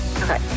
Okay